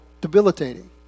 debilitating